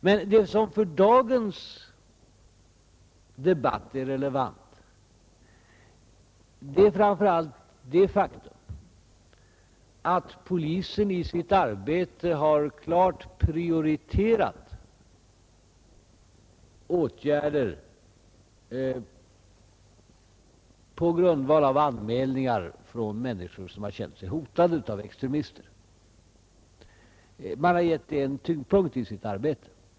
Men det för dagens debatt relevanta är framför allt det faktum att polisen i sitt arbete har klart prioriterat åtgärder på grundval av anmälningar från människor som känt sig hotade av extremister. Man har gett det en tyngdpunkt i sitt arbete.